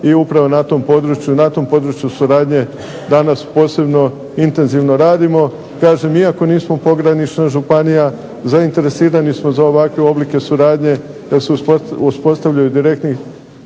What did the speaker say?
i u BiH i na tom području suradnju danas posebno intenzivno radimo. Kažem iako nismo pogranična županija zainteresirani smo za ovakve oblike suradnje, jer se uspostavljaju direktni